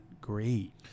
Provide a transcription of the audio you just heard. great